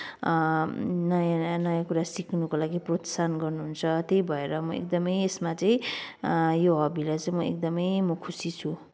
नयाँ नयाँ कुरा सिक्नको लागि प्रोत्साहन गर्नुहुन्छ त्यही भएर म एकदमै यसमा चाहिँ यो होबीलाई चाहिँ म एकदमै म खुसी छु